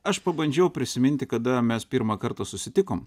aš pabandžiau prisiminti kada mes pirmą kartą susitikom